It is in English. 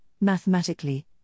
Mathematically